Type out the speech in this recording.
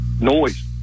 noise